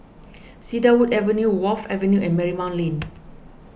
Cedarwood Avenue Wharf Avenue and Marymount Lane